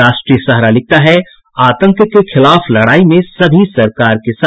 राष्ट्रीय सहारा लिखता है आतंक के खिलाफ लड़ाई में सभी सरकार के साथ